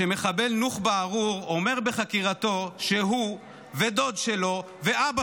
כשמחבל נוח'בה ארור אומר בחקירתו שהוא ודוד שלו ואבא